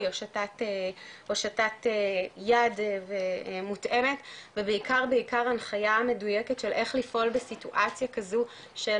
הושטת יד מותאמת ובעיקר הנחייה מדויקת של איך לפעול בסיטואציה כזו של,